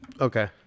Okay